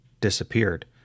disappeared